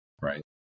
right